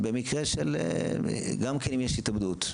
במקרה שגם אם יש התאבדות,